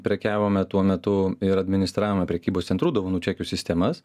prekiavome tuo metu ir administravome prekybos centrų dovanų čekių sistemas